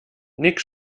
nick